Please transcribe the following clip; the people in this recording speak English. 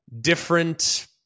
different